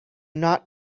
not